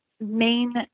main